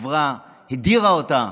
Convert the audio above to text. והחברה הדירה אותה.